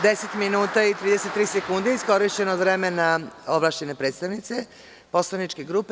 Deset minuta i 33 sekunde iskorišćeno je od vremena ovlašćene predstavnice, poslaničke grupe.